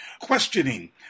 questioning